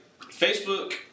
Facebook